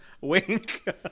Wink